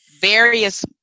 various